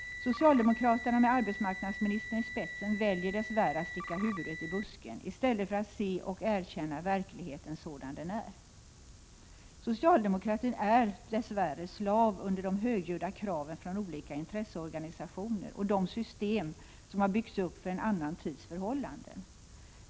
Socialdemokraterna med arbetsmarknadsministern i spetsen väljer dess värre att sticka huvudet i busken i stället för att se och erkänna verkligheten sådan den är. Socialdemokratin är dess värre slav under de högljudda kraven från olika intresseorganisationer och de system som har byggts upp för en annan tids förhållanden.